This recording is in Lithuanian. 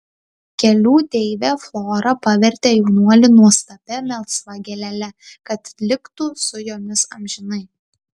gėlių deivė flora pavertė jaunuolį nuostabia melsva gėlele kad liktų su jomis amžinai